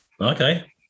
Okay